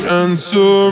answer